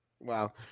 Wow